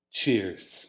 cheers